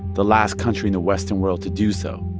the last country in the western world to do so.